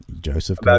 joseph